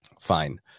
Fine